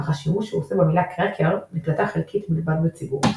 אך השימוש שהוא עושה במילה "קראקר" נקלטה חלקית בלבד בציבור.